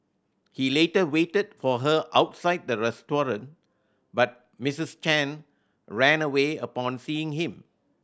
he later waited for her outside the restaurant but Misses Chen ran away upon seeing him